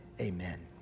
Amen